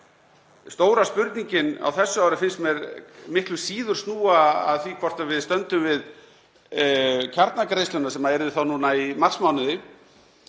Stóra spurningin á þessu ári finnst mér miklu síður snúa að því hvort við stöndum við kjarnagreiðslurnar, sem yrðu þá núna í marsmánuði,